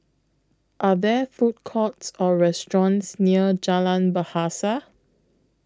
Are There Food Courts Or restaurants near Jalan Bahasa